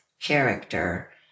character